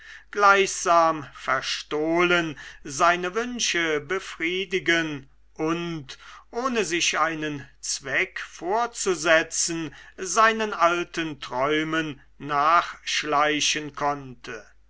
gleichsam verstohlen seine wünsche befriedigen und ohne sich einen zweck vorzusetzen seinen alten träumen nachschleichen konnte